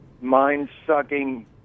Mind-sucking